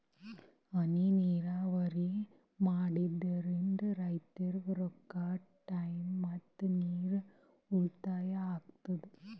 ಹನಿ ನೀರಾವರಿ ಮಾಡಾದ್ರಿಂದ್ ರೈತರಿಗ್ ರೊಕ್ಕಾ ಟೈಮ್ ಮತ್ತ ನೀರ್ ಉಳ್ತಾಯಾ ಆಗ್ತದಾ